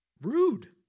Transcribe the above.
rude